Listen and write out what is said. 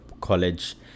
college